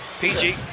pg